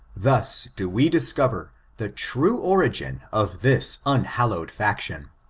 thus do we discover the true origin of this unhallowed faction,